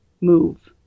move